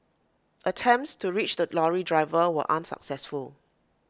attempts to reach the lorry driver were unsuccessful